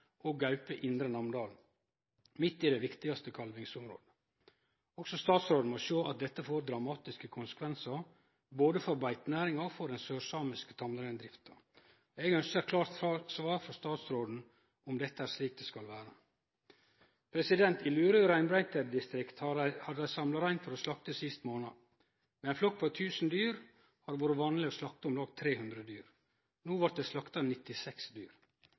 og gaupe i Indre Namdal – midt i det viktigaste kalvingsområdet. Også statsråden må sjå at dette får dramatiske konsekvensar både for beitenæringa og for den sørsamiske tamreindrifta. Eg ønskjer klart svar frå statsråden på om dette er slik det skal vere. I Luru reinbeitedistrikt samla ein rein for slakting sist månad. Med ein flokk på 1 000 dyr har det vore vanleg å slakte om lag 300 dyr – no vart det slakta 96 dyr.